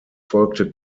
folgte